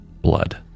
blood